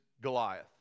Goliath